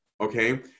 Okay